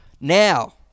Now